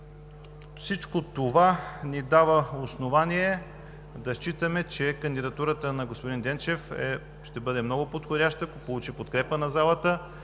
Всичко това ни дава основание да считаме, че кандидатурата на господин Денчев ще бъде много подходяща, ако получи подкрепа на залата,